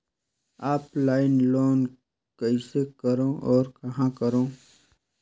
Offline loan आवेदन कइसे करो और कहाँ करो?